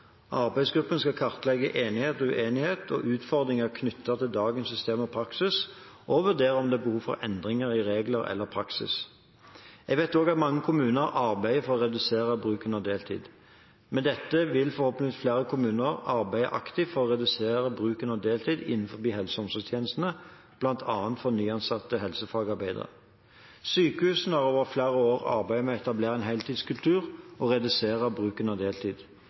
Arbeidsgruppen skal kartlegge enighet og uenighet, utfordringer knyttet til dagens system og praksis og vurdere om det er behov for endringer i regler eller praksis. Jeg vet også at mange kommuner arbeider for å redusere bruken av deltid. Med dette vil forhåpentlig flere kommuner arbeide aktivt for å redusere bruken av deltid innenfor helse- og omsorgstjenestene, bl.a. for nyansatte helsefagarbeidere. Sykehusene har over flere år arbeidet med å etablere en heltidskultur og redusere bruken av deltid.